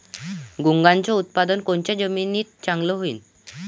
मुंगाचं उत्पादन कोनच्या जमीनीत चांगलं होईन?